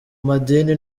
madini